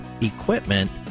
equipment